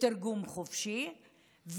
בתרגום חופשי,